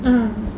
uh